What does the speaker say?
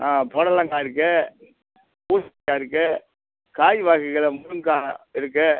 பொடலங்காய் இருக்குது பூசணிக்கா இருக்குது காய்வகைகளில் முருங்கக்காய் இருக்குது